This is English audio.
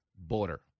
Border